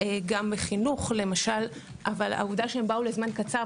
אבל העובדה שהם באו לזמן קצר,